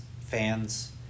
fans